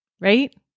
Right